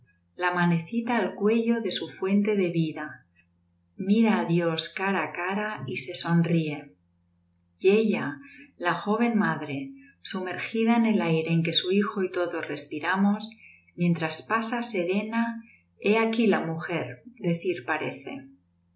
la manecita al cuello de su fuente de vida mira á dios cara á cara y se sonríe y ella la joven madre sumergida en el aire en que su hijo y todos respiramos mientras pasa serena he aquí la mujer decir parece